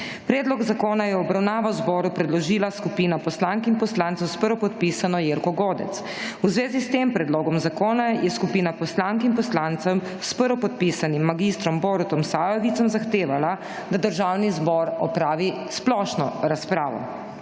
Predlog zakona je v obravnavo zboru predložila skupina poslank in poslancev, s prvopodpisano Jelko Godec. V zvezi s tem predlogom zakona, je skupina poslank in poslancev, s prvopodpisanim Danijelom Krivcem zahtevala, da Državni zbor opravi splošno razpravo.